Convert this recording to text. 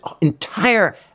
entire